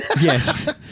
Yes